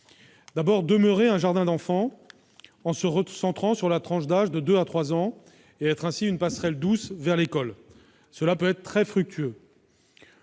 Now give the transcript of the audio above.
est de demeurer un jardin d'enfants, en se recentrant sur la tranche d'âge de 2 à 3 ans et être ainsi une passerelle douce vers l'école- cela peut être très fructueux.